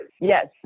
Yes